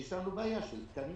יש לנו בעיה של תקנים.